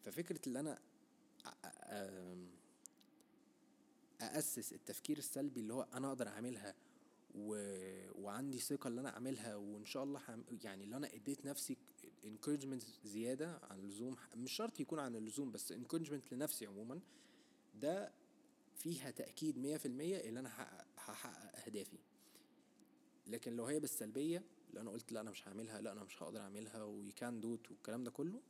ففكرة اللي أنا أ- أ- أ- أم- أأسس التفكير السلبي اللي هو أنا أقدر أعملها و- وعندي ثقة إن أنا أعملها وإن شاء الله هعمل- يعني اللي أنا اديت نفسي encouragement زيادة عن اللزوم، مش شرط يكون عن اللزوم بس encouragement لنفسي عموماً، ده فيها تأكيد 100% إن أنا هحقق- هحقق أهدافي. لكن لو هي بالسلبية، لو أنا قلت لأ أنا مش هعملها، لأ أنا مش هقدر أعملها والكلام دوت والكلام ده كله،